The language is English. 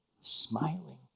smiling